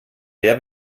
der